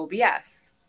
OBS